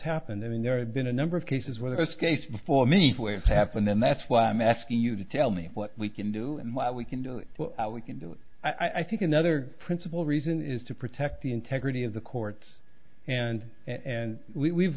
happened then there have been a number of cases where this case before me where it happened then that's why i'm asking you to tell me what we can do and why we can do it we can do it i think another principle reason is to protect the integrity of the courts and and we've